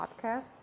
podcast